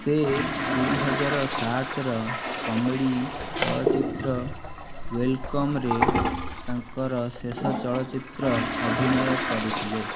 ସେ ଦୁଇ ହଜାର ସାତର କମେଡ଼ି ଚଳଚ୍ଚିତ୍ର ୱେଲକମ୍ରେ ତାଙ୍କର ଶେଷ ଚଳଚ୍ଚିତ୍ର ଅଭିନୟ କରିଥିଲେ